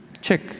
check